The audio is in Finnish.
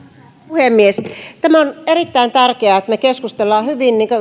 puhemies tämä on erittäin tärkeää että me keskustelemme hyvin